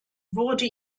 wurde